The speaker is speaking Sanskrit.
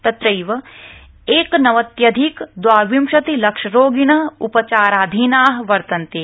तत्रैव एकनवत्यधिक द्वाविंशतिलक्ष रोगिण उपचाराधीना वर्तन्ते